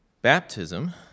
Baptism